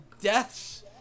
deaths